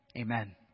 amen